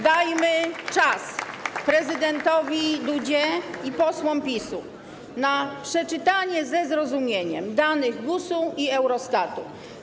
Dajmy czas prezydentowi Dudzie i posłom PiS-u na przeczytanie ze zrozumieniem danych GUS-u i Eurostatu.